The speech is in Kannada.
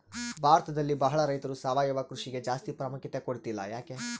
ಭಾರತದಲ್ಲಿ ಬಹಳ ರೈತರು ಸಾವಯವ ಕೃಷಿಗೆ ಜಾಸ್ತಿ ಪ್ರಾಮುಖ್ಯತೆ ಕೊಡ್ತಿಲ್ಲ ಯಾಕೆ?